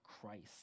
Christ